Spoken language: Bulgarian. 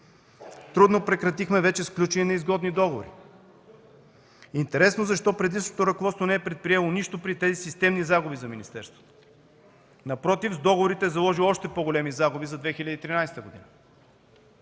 Трудно прекратихме вече сключени неизгодни договори. Интересно защо предишното ръководство не е предприело нищо при тези системни загуби за министерството? Напротив, с договорите е заложило още по-големи загуби за 2013 г.